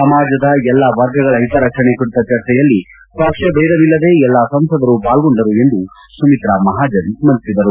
ಸಮಾಜದ ಎಲ್ಲಾ ವರ್ಗಗಳ ಹಿತರಕ್ಷಣೆ ಕುರಿತ ಚರ್ಚೆಯಲ್ಲಿ ಪಕ್ಷಭೇದವಿಲ್ಲದೇ ಎಲ್ಲಾ ಸಂಸದರು ಪಾಲ್ಗೊಂಡರು ಎಂದು ಸುಮಿತ್ರಾ ಮಹಾಜನ್ ಸ್ಮರಿಸಿದರು